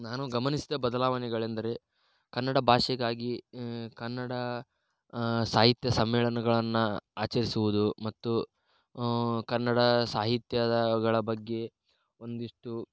ನಾನು ಗಮನಿಸಿದ ಬದಲಾವಣೆಗಳೆಂದರೆ ಕನ್ನಡ ಭಾಷೆಗಾಗಿ ಕನ್ನಡ ಸಾಹಿತ್ಯ ಸಮ್ಮೇಳನಗಳನ್ನು ಆಚರಿಸುವುದು ಮತ್ತು ಕನ್ನಡ ಸಾಹಿತ್ಯಗಳ ಬಗ್ಗೆ ಒಂದಿಷ್ಟು